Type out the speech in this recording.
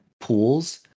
pools